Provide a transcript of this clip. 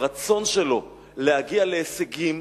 ברצון שלו להגיע להישגים,